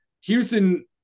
Houston